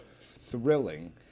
thrilling